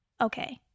okay